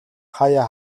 хааяа